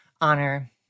honor